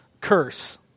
curse